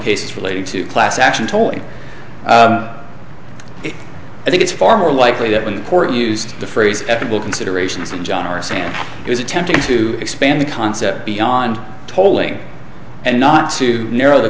cases relating to class action tolling i think it's far more likely that when the court used the phrase ethical considerations and john are saying it was attempting to expand the concept beyond tolling and not to narrow the